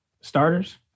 starters